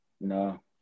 No